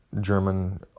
German